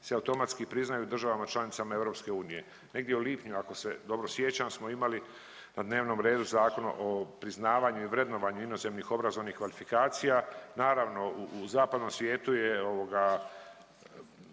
se automatski priznaju u državama članicama EU. Negdje u lipnju ako se dobro sjećam smo imali na dnevnom redu Zakon o priznavanju i vrednovanju inozemnih obrazovnih kvalifikacija, naravno u zapadnom svijetu je ovoga